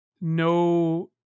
no